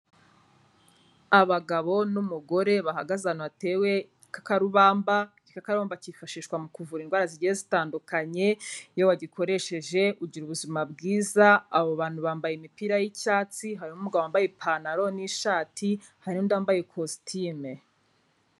Abagabo n'umugore bahagaze ahantu hatewe igikakarubamba, igikakarubamba kifashishwa mu kuvura indwara zigiye zitandukanye, iyo wagikoresheje ugira ubuzima bwiza, abo bantu bambaye imipira y'icyatsi, harimo umugabo wambaye ipantaro n'ishati, hari n'undi wambaye costume.